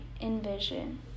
envision